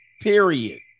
period